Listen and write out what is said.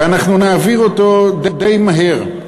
ואנחנו נעביר אותו די מהר.